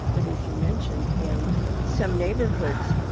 but as you mention, in some neighborhoods,